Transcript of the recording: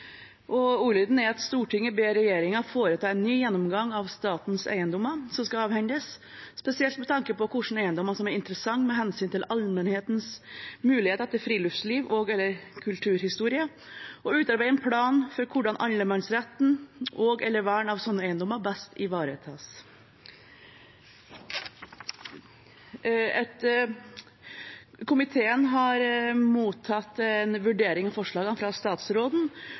Senterpartiet. Ordlyden er: «Stortinget ber regjeringen foreta en ny gjennomgang av statens eiendommer som skal avhendes, spesielt med tanke på hvilke eiendommer som er interessante med hensyn til allmennhetens muligheter til friluftsliv og/eller kulturhistorie, og utarbeide en plan for hvordan allemannsretten og/eller vern av slike eiendommer best ivaretas.» Komiteen har mottatt en vurdering av forslagene fra statsråden,